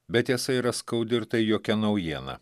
bet tiesa yra skaudi ir tai jokia naujiena